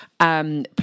Please